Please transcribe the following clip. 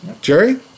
Jerry